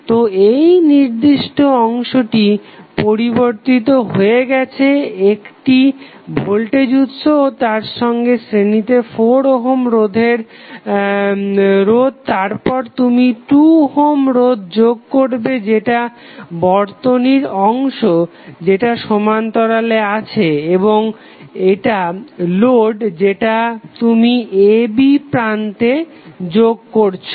তো এই নির্দিষ্ট অংশটি পরিবর্তিত হয়ে গেছে একটি ভোল্টেজ উৎস ও তার সঙ্গে শ্রেণীতে 4 ওহম রোধ তারপর তুমি 2 ওহম রোধ যোগ করবে যেটা বর্তনীর অংশ যেটা সমান্তরালে আছে এবং এটা লোড যেটা তুমি a b প্রান্তে যোগ করেছো